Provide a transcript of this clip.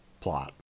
plot